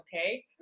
okay